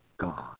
God